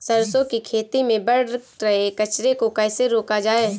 सरसों की खेती में बढ़ रहे कचरे को कैसे रोका जाए?